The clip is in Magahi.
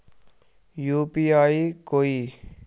यु.पी.आई कोई